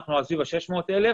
אנחנו על סביב ה-600 אלף.